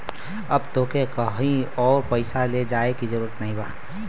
अब तोके कहींओ पइसवा ले जाए की जरूरत ना